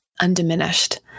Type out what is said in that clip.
undiminished